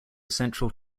central